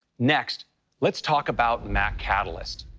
next let's talk about mac catalyst.